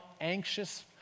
anxious